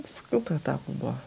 visokių tų etapų buvo